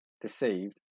deceived